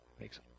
Makes